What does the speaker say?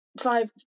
five